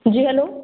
جی hello